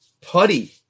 putty